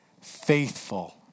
Faithful